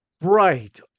bright